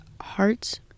hearts